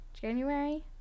january